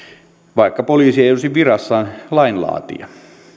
vaikka poliisi ei olisi virassaan lainlaatija